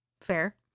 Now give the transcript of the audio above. Fair